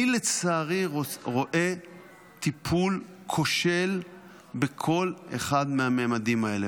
לצערי, אני רואה טיפול כושל בכל אחד מהממדים האלה.